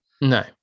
No